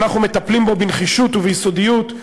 ואנחנו מטפלים בו בנחישות וביסודיות.